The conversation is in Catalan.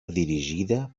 dirigida